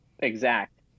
Exact